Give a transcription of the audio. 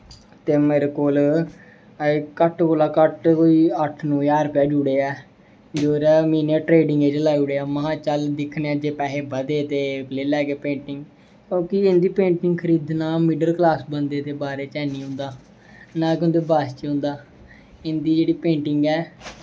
ते मेरे कोल ऐहीं घट्ट कोला दा घट्ट कोई अट्ठ नौ ज्हार रपेआ जुड़ेआ ऐ जेह्ड़े में ट्रेडिंग च लाई ओड़ेआ महां चल दिक्खने आं जे पैसे बधे ते लेई लैगे पेंटिंग क्योंकि पेंटिंग खरीदना मिडिल क्लॉस बंदे दे बारे च ऐनी होंदा ना ते उं'दे बस च होंदा इं'दी जेह्ड़ी पेंटिंग ऐ